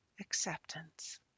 acceptance